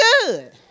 good